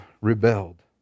rebelled